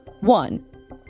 One